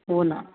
हो ना